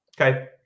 Okay